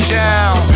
down